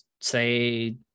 say